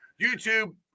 YouTube